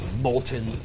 molten